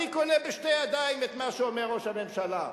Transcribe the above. אני קונה בשתי ידיים את מה שאומר ראש הממשלה,